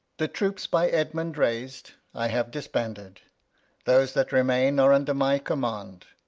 the troops, by edmund rais'd, i have disbanded those that remain are under my command.